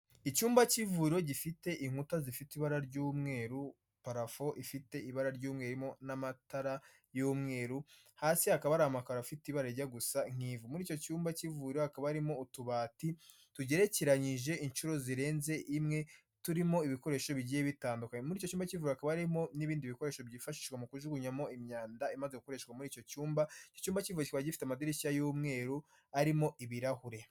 Icyumba cy'ivuriro gifite inkuta zifite ibara ry'umweru, parafo ifite ibara ry'umweru irimo n'amatara y'umweru, hasi hakaba hari amakaro afite ibara rijya gusa nk'ivu. Muri icyo cyumba cy'ivuriro hakaba harimo utubati tugerekeranyije inshuro zirenze imwe, turimo ibikoresho bigiye bitandukanye. Muri icyo cyumba cy'ivuriro hakaba harimo n'ibindi bikoresho byifashishwa mu kujugunyamo imyanda imaze gukoreshwa muri icyo cyumba, iicyo cyumba k'ivuriro kikaba gifite amadirishya y'umweru arimo ibirahure.